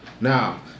now